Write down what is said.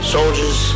Soldiers